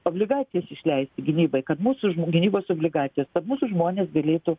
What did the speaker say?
obligacijas išleisti gynybai kad mūsų gynybos obligacijos kad mūsų žmonės galėtų